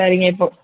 சரிங்க இப்போது